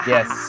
Yes